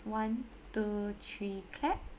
one two three clap